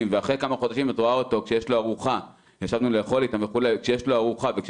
ואחרי כמה חודשים את רואה אותו כשיש לו ארוחה וכשיש לו